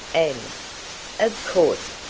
and of course,